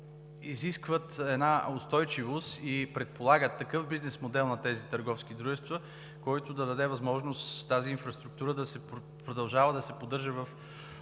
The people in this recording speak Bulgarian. изискват една устойчивост и предполагат такъв бизнес модел на тези търговски дружества, който да даде възможност тази инфраструктура да продължава да се поддържа в